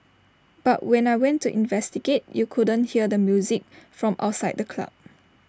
but when I went to investigate you couldn't hear the music from outside the club